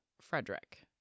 Frederick